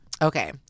Okay